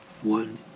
one